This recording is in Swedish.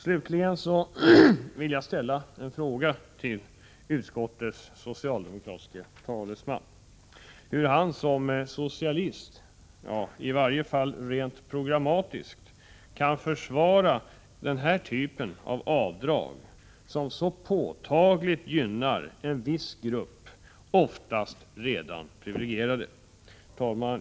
Slutligen vill jag fråga utskottets socialdemokratiske talesman, hur han som socialist — i varje fall rent programmatiskt — kan försvara denna typ av avdrag, som så påtagligt gynnar en viss grupp, oftast redan privilegierade. Herr talman!